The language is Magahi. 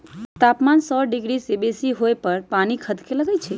तापमान सौ डिग्री से बेशी होय पर पानी खदके लगइ छै